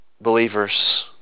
believers